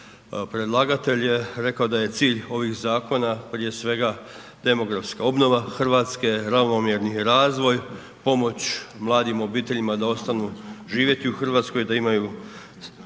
Predlagatelj je reko da je cilj ovih zakona prije svega demografska obnova Hrvatske, ravnomjerni razvoj, pomoć mladim obiteljima da ostanu živjeti u Hrvatskoj, da imaju